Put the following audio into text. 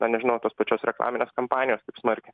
na nežinau tos pačios reklaminės kampanijos taip smarkiai